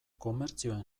komertzioen